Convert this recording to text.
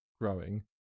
growing